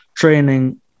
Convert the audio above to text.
training